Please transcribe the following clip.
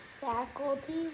faculty